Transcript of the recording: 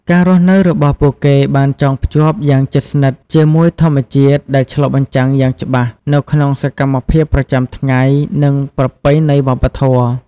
ការរស់នៅរបស់ពួកគេបានចងភ្ជាប់យ៉ាងជិតស្និទ្ធជាមួយធម្មជាតិ ដែលឆ្លុះបញ្ចាំងយ៉ាងច្បាស់នៅក្នុងសកម្មភាពប្រចាំថ្ងៃ និងប្រពៃណីវប្បធម៌។